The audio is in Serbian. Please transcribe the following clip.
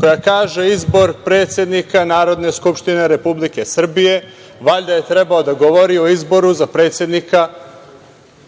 koja kaže – izbor predsednika Narodne skupštine Republike Srbije, valjda je trebao da govori o izboru za predsednika